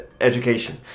education